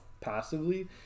passively